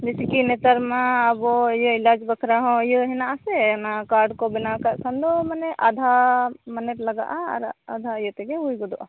ᱡᱚᱫᱤ ᱠᱤ ᱱᱮᱛᱟᱨ ᱢᱟ ᱟᱵᱚ ᱮᱞᱟᱡᱽ ᱵᱟᱠᱷᱨᱟ ᱦᱚᱸ ᱤᱭᱟᱹ ᱦᱮᱱᱟᱜᱼᱟ ᱥᱮ ᱠᱟᱨᱰ ᱠᱚ ᱵᱮᱱᱟᱣ ᱠᱟᱜ ᱠᱷᱟᱱ ᱫᱚ ᱢᱟᱱᱮ ᱟᱫᱷᱟ ᱞᱟᱜᱟᱜᱼᱟ ᱟᱨ ᱟᱫᱷᱟ ᱤᱭᱟᱹ ᱛᱮᱜᱮ ᱦᱩᱭ ᱜᱚᱫᱚᱜᱼᱟ